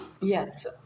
Yes